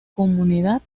comunidad